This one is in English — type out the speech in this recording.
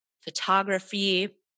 photography